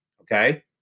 okay